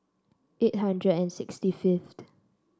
eight hundred and sixty fifth